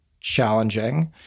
challenging